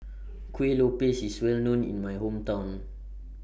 Kuih Lopes IS Well known in My Hometown